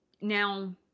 now